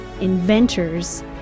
inventors